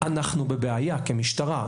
אנחנו בבעיה כמשטרה.